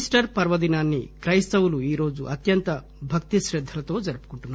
Easter పర్వదినాన్ని క్రెస్తవులు ఈరోజు అత్యంత భక్తి శ్రద్దలతో జరుపుకుంటున్నారు